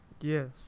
Yes